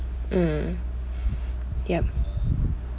mm yup